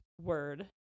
word